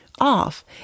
off